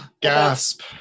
gasp